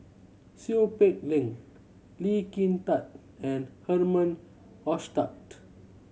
Seow Peck Leng Lee Kin Tat and Herman Hochstadt